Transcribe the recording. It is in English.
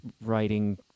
writing